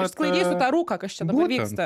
išsklaidysiu tą rūką kas čia dabar vyksta